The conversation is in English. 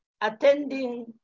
attending